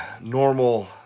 normal